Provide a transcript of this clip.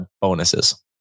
bonuses